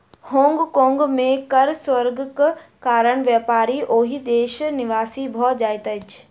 Hong Kong में कर स्वर्गक कारण व्यापारी ओहि देशक निवासी भ जाइत अछिं